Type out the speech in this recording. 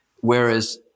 Whereas